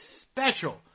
special